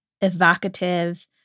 evocative